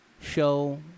show